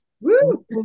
Woo